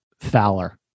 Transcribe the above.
fowler